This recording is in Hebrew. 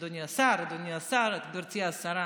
אדוני השר, אדוני השר, גברתי השרה,